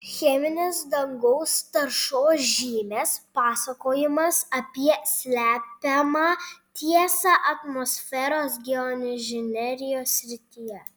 cheminės dangaus taršos žymės pasakojimas apie slepiamą tiesą atmosferos geoinžinerijos srityje